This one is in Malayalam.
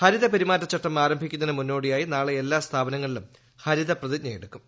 ഹരിതപെരുമാറ്റച്ചട്ടം ആരംഭിക്കുന്നതിനു മുന്നോടിയായി നാളെ എല്ലാ സ്ഥാപനങ്ങളിലും ഹരിത പ്രതിജ്ഞ എടുക്കും